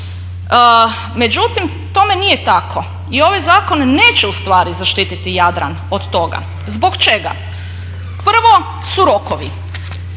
Međutim, tome nije tako i ovaj zakon neće u stvari zaštititi Jadran od toga. Zbog čega? Prvo su rokovi.